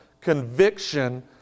conviction